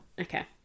Okay